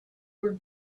were